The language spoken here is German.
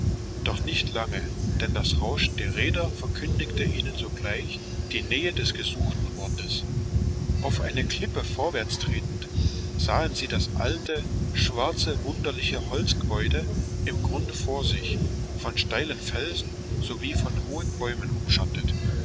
doch nicht lange denn das rauschen der räder verkündigte ihnen sogleich die nähe des gesuchten ortes auf eine klippe vorwärts tretend sahen sie das alte schwarze wunderliche holzgebäude im grunde vor sich von steilen felsen sowie von hohen bäumen umschattet